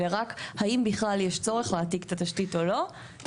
אלא רק האם בכלל יש צורך להעתיק את התשית או לא.